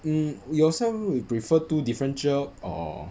hmm yourself you prefer two different cher or